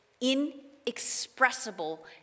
inexpressible